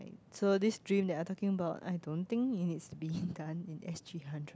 so this dream that are talking about I don't think it needs to be done in S_G-hundred